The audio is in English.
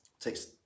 Takes